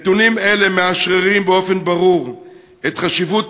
נתונים אלה מאשררים באופן ברור את חשיבות